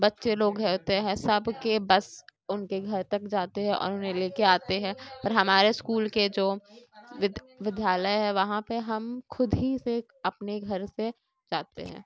بچے لوگ ہوتے ہیں سب کے بس اُن کے گھر تک جاتے ہے اور اُنہیں لے کے آتے ہیں اور ہمارے اسکول کے جو ودھیالیہ ہے وہاں پہ ہم خود ہی سے اک اپنے گھر سے جاتے ہیں